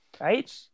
right